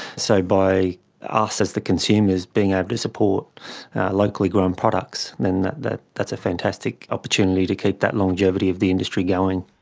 so by us as the consumers being able to support locally grown products, then that's a fantastic opportunity to keep that longevity of the industry going.